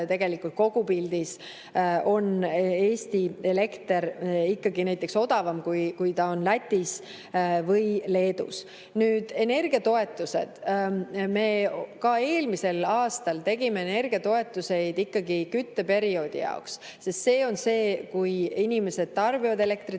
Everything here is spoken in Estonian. seda, et kogupildis on Eesti elekter ikkagi näiteks odavam, kui see on Lätis või Leedus. Nüüd energiatoetused. Me ka eelmisel aastal tegime energiatoetusi ikkagi kütteperioodi jaoks, sest see on see [aeg], kui inimesed tarbivad elektrit rohkem,